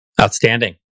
Outstanding